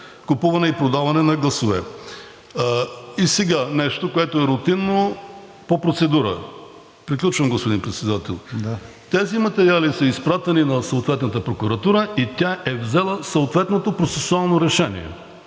купуване и продаване на гласове. И сега нещо, което е рутинно по процедура. Приключвам, господин Председател. Тези материали са изпратени на съответната прокуратура и тя е взела съответното процесуално решение.